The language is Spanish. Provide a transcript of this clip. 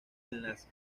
enlaces